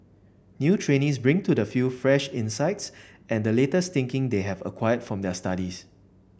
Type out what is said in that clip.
new trainees bring to the field fresh insights and the latest thinking they have acquired from their studies